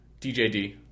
DJD